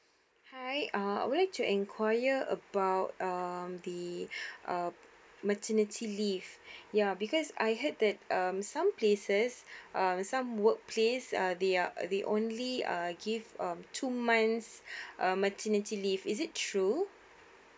hi um I would like to inquire about um the uh maternity leave ya because I heard that um some places um some workplace err they are err the only err give um two months um maternity leave is it true